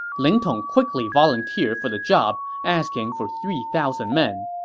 ling tong quickly volunteered for the job, asking for three thousand men.